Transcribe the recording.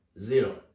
zero